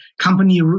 company